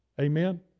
Amen